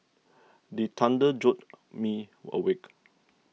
the thunder jolt me awake